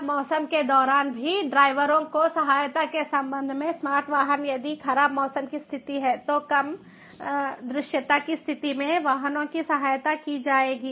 खराब मौसम के दौरान भी ड्राइवरों को सहायता के संबंध में स्मार्ट वाहन यदि खराब मौसम की स्थिति है तो कम दृश्यता की स्थिति में वाहनों की सहायता की जाएगी